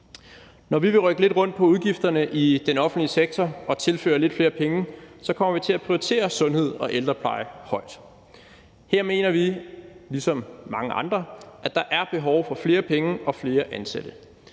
Når vi vil rykke lidt rundt på udgifterne i den offentlige sektor og tilføre lidt flere penge, kommer vi til at prioritere sundhed og ældrepleje højt. Her mener vi ligesom mange andre, at der er behov for flere penge og flere ansatte.